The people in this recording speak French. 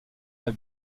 dans